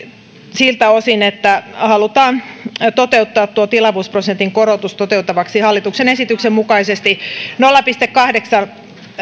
siltä osin että halutaan toteuttaa tuo tilavuusprosentin korotus toteutettavaksi hallituksen esityksen mukaisesti nolla pilkku kahdeksalla